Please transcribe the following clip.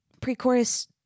pre-chorus